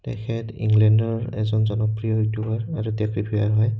তেখেত ইংলেণ্ডৰ এজন জনপ্ৰিয় ইউটিউবাৰ আৰু টেক ৰিভিউৱাৰ হয়